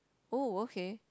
oh okay